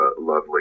lovely